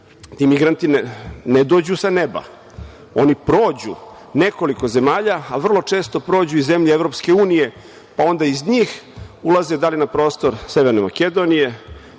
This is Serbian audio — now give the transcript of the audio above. Ti migranti ne dođu sa neba, oni prođu nekoliko zemalja, ali vrlo često prođu i zemlje EU, pa onda iz njih ulaze da li na prostor Severne Makedonije,